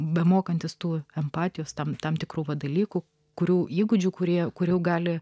bemokantis tų empatijos tam tam tik krūvą dalykų kurių įgūdžių kurie kurių gali